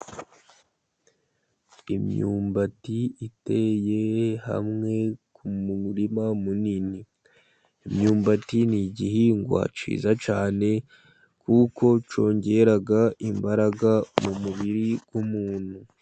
Imyumbati iteye hamwe mu murima munini. Imyumbati ni igihingwa cyiza cyane kuko cyongera imbaraga mu mubiri w'umuntu.